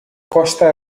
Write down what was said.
costa